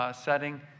setting